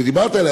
שדיברת עליה,